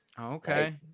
Okay